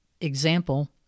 example